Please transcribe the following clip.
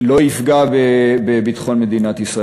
לא יפגע בביטחון מדינת ישראל.